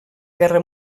guerra